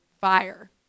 fire